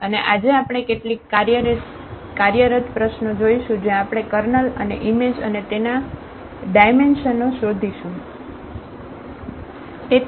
અને આજે આપણે કેટલીક કાર્યરત પ્રશ્નો જોશું જ્યાં આપણે કર્નલ અને ઈમેજ અને તેના ડાયમેન્શનો શોધીશું